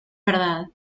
verdad